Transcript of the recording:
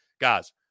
Guys